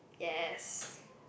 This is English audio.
yes